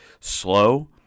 slow